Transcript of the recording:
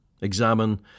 Examine